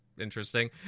interesting